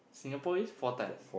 Singapore is four times